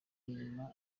nyuma